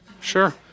Sure